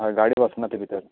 हय गाडी वसना थंय भितर